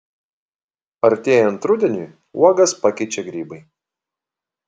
artėjant rudeniui uogas pakeičia grybai